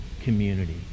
community